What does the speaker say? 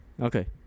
Okay